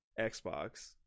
xbox